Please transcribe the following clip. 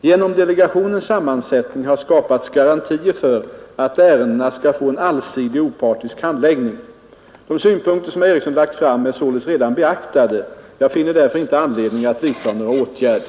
Genom delegationens sammansättning har skapats garantier för att ärendena skall få en allsidig och opartisk handläggning. De synpunkter som herr Eriksson lagt fram är således redan beaktade. Jag finner därför inte anledning att vidta några åtgärder.